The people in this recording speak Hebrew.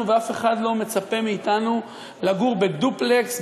ואף אחד לא מצפה מאתנו לגור בדופלקס,